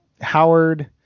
Howard